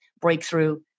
breakthrough